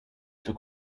took